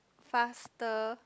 faster